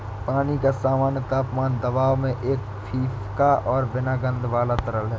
पानी का सामान्य तापमान दबाव में एक फीका और बिना गंध वाला तरल है